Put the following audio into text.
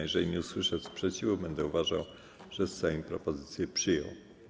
Jeżeli nie usłyszę sprzeciwu, będę uważał, że Sejm propozycję przyjął.